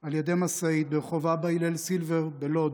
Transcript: על ידי משאית ברחוב אבא הלל סילבר בלוד.